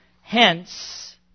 hence